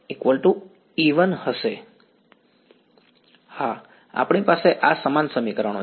વિદ્યાર્થી આપણી પાસે સમાન સમીકરણ છે